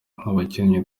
nk’abakinnyi